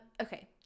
Okay